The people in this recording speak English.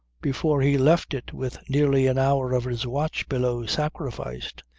before he left it with nearly an hour of his watch below sacrificed,